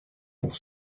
pour